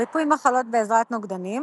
ריפוי מחלות בעזרת נוגדנים